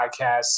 podcasts